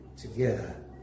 together